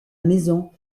maison